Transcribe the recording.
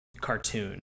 cartoon